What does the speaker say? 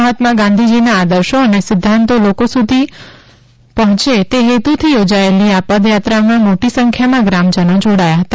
મહાત્મા ગાંધીજીના આદર્શો અને સિદ્ધાંતો લોકો સુધી સર્વજન સુધી પહોંચે એ હેતુથી યોજાયેલી પદયાત્રામાં મોટી સંખ્યામાં ગ્રામજનો જોડાયા હતા